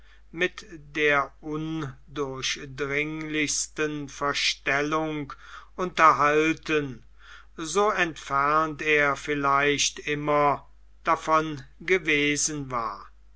mit der undurchdringlichsten verstellung unterhalten so entfernt er vielleicht immer davon gewesen war